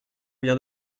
vient